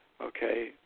Okay